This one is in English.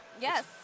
Yes